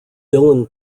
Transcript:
dylan